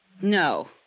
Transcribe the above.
No